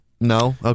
No